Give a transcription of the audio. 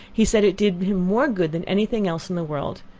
he said it did him more good than any thing else in the world.